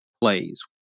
plays